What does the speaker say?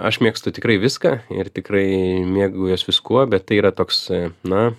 aš mėgstu tikrai viską ir tikrai mėgaujuos viskuo bet tai yra toks na